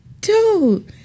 dude